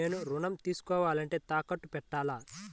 నేను ఋణం తీసుకోవాలంటే తాకట్టు పెట్టాలా?